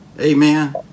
Amen